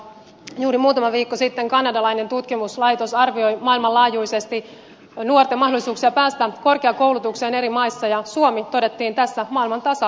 juuri muutama viikko sitten kanadalainen tutkimuslaitos arvioi maailmanlaajuisesti nuorten mahdollisuuksia päästä korkeakoulutukseen eri maissa ja suomi todettiin tässä maailman tasa arvoisimmaksi maaksi